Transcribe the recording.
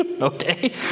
Okay